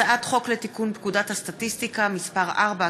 הצעת חוק לתיקון פקודת הסטטיסטיקה (מס' 4),